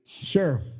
sure